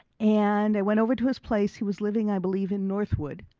and i went over to his place. he was living i believe in northwood